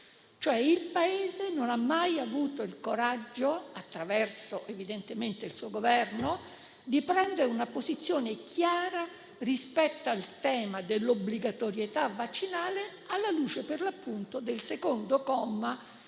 Il Paese non ha mai avuto il coraggio, evidentemente attraverso il suo Governo, di prendere una posizione chiara rispetto al tema dell'obbligatorietà vaccinale, alla luce del secondo comma